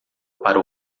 para